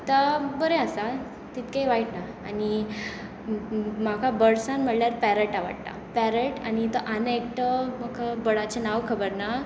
आता बरें आसा तितकें वायट ना आनी म्हाका बर्डसां म्हणल्यार पॅरट आवडटा पॅरट आनी तो आनी एकटो म्हाका बर्डाचें नांव खबर ना